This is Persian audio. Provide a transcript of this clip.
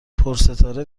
پرستاره